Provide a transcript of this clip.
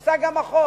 הופסק גם החוק.